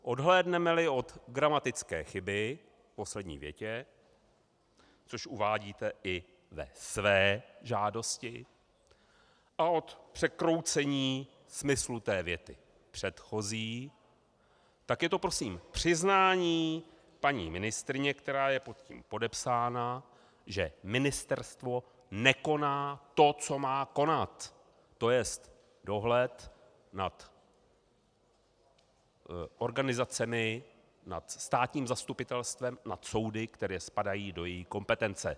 Odhlédnemeli od gramatické chyby v poslední větě což uvádíte i ve své žádosti a od překroucení smyslu věty předchozí, je to prosím přiznání paní ministryně, která je pod tím podepsána, že ministerstvo nekoná to, co má konat, to jest dohled nad organizacemi, nad státním zastupitelstvím, nad soudy, které spadají do její kompetence.